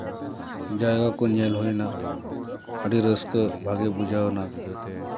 ᱡᱟᱭᱜᱟ ᱠᱚ ᱧᱮᱞ ᱦᱩᱭ ᱱᱟ ᱟᱹᱰᱤ ᱨᱟᱹᱥᱠᱟᱹ ᱵᱷᱟᱜᱮ ᱵᱩᱡᱷᱟᱹᱣᱱᱟ